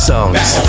Songs